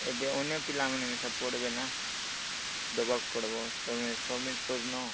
ଏବେ ଅନ୍ୟ ପିଲାମାନେ ସବୁ ପଢ଼ିବେ ନା ଦେବାକୁ ପଡ଼ିବ ତୁମେ ସବମିଟ୍ କରିନ